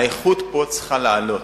האיכות פה צריכה לעלות.